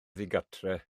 ddigartref